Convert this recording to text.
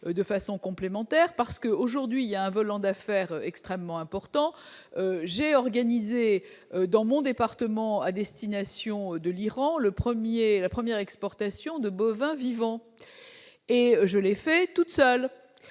de façon complémentaire parce que, aujourd'hui, il y a un volant d'affaires extrêmement importants, j'ai organisé dans mon département, à destination de l'Iran, le 1er la première exportations de bovins vivants. Et je les fais toutes seules,